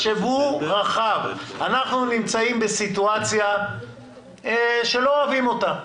אנחנו נמצאים בסיטואציה שאנחנו לא אוהבים אותה.